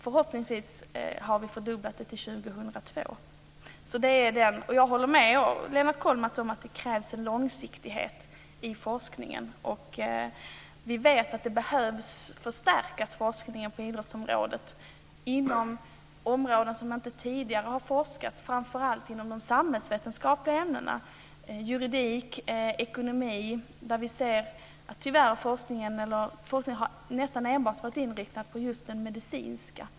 Förhoppningsvis har vi fördubblat det till Jag håller med Lennart Kollmats om att det krävs en långsiktighet i forskningen. Vi vet att forskningen behöver förstärkas inom idrottsområdet, inom områden där det inte tidigare har forskats, framför allt de samhällsvetenskapliga ämnena - juridik och ekonomi. Vi ser att forskningen nästan enbart varit inriktad på det medicinska.